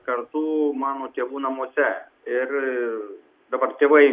kartu mano tėvų namuose ir dabar tėvai